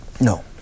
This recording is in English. No